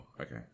okay